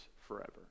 forever